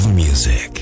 music